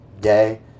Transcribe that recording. day